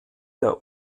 der